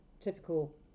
typical